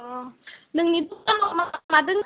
अ नोंनि दखानाव मा मा दोङो